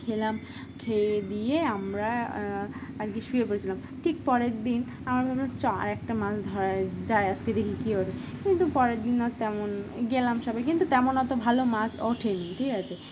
খেলাম খেয়ে দিয়ে আমরা আর কি শুয়ে পড়েছিলাম ঠিক পরের দিন আমারা ভাবলাম চ একটা মাছ ধরা যায় আজকে দেখি কী ওঠে কিন্তু পরের দিন আর তেমন গেলাম সবাই কিন্তু তেমন অতো ভালো মাছ ওঠেনি ঠিক আছে